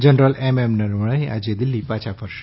general M M Naravane આજે દિલ્ફી પાછા જશે